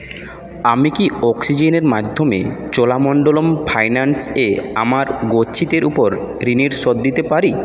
আমি কি অক্সিজেনের মাধ্যমে চোলামণ্ডলম ফাইন্যান্স এ আমার গচ্ছিতের উপর ঋণের শোধ দিতে পারি